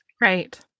Right